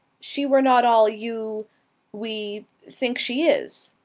she were not all you we think she is!